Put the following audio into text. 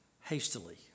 hastily